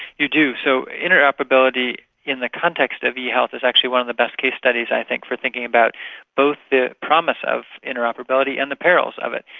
you do. so interoperability in the context of e-health is actually one of the best case studies i think for thinking about both the promise of interoperability and the perils of it.